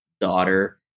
daughter